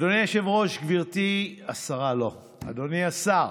אדוני היושב-ראש, גברתי השרה, לא, אדוני השר,